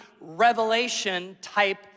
revelation-type